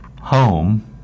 home